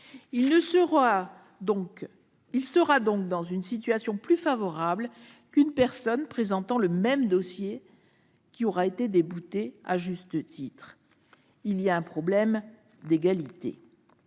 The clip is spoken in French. se retrouve donc dans une situation plus favorable qu'une personne présentant le même dossier et ayant été déboutée à juste titre. Il y a donc un problème de